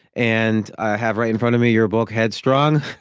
and i have right in front of me your book headstrong,